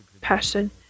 passion